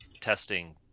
testing